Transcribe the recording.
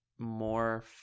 more